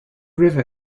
river